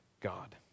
God